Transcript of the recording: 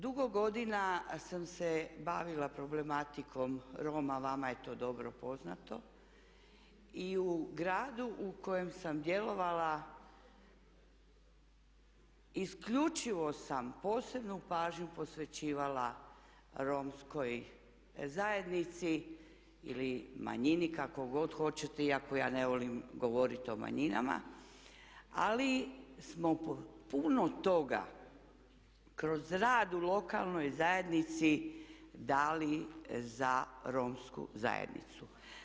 Dugo godina sam se bavila problematikom Roma, vama je to dobro poznato i u gradu u kojem sam djelovala isključivo sam posebnu pažnju posvećivala romskoj zajednici ili manjini kako god hoćete iako ja ne volim govoriti o manjinama ali smo puno toga kroz rad u lokalnoj zajednici dali za romsku zajednicu.